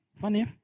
Funny